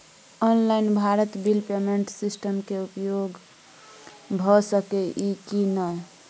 Online Bharat bill payment system के उपयोग भ सके इ की नय?